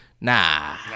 nah